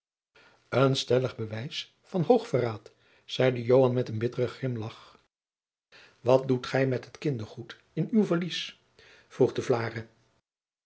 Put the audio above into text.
een stellig bewijs van hoog verraad zeide joan met een bitteren grimlagch wat doet gij met kindergoed in uw valies vroeg